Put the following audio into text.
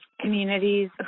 communities